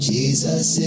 Jesus